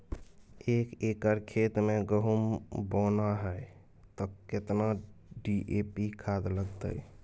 एक एकर खेत मे गहुम बोना है त केतना डी.ए.पी खाद लगतै?